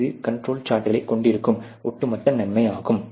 இதுவே கண்ட்ரோல் சார்ட்கள் கொண்டிருக்கும் ஒட்டுமொத்த நன்மையாகும்